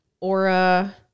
aura